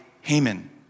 Haman